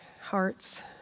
hearts